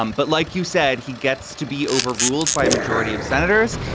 um but like you said, he gets to be overruled by a majority of senators.